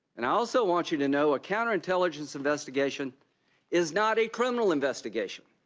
and i also want you to know a counter intelligence investigation is not a criminal investigation.